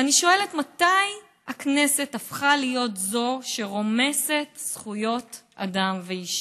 ואני שואלת: מתי הכנסת הפכה להיות זו שרומסת זכויות אדם ואישה?